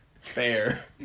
fair